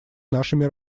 нашими